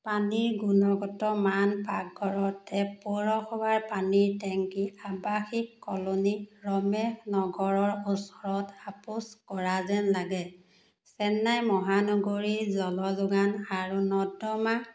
পানীৰ গুণগত মান পাকঘৰৰ টেপ পৌৰসভাৰ পানীৰ টেংকি আৱাসিক কল'নী ক্ৰমে নগৰৰ ওচৰত আপোচ কৰা যেন লাগে চেন্নাই মহানগৰীৰ জল যোগান আৰু নৰ্দমা